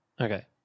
Okay